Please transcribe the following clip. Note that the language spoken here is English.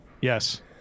Yes